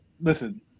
listen